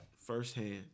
firsthand